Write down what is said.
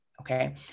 okay